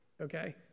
okay